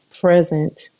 present